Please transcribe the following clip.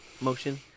motion